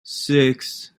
six